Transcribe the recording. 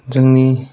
जोंनि